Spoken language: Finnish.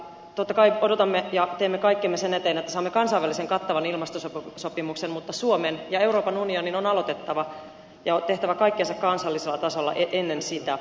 totta kai odotamme ja teemme kaikkemme sen eteen että saamme kansainvälisen kattavan ilmastosopimuksen mutta suomen ja euroopan unionin on aloitettava ja tehtävä kaikkensa kansallisella tasolla ennen sitä